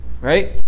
Right